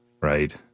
right